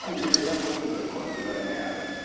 ah mayor, that wasn't the question i had.